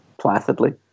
placidly